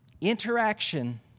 interaction